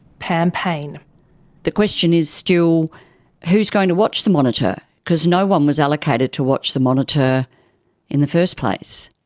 pam payne the question is still who's going to watch the monitor. because no one was allocated to watch the monitor in the first place.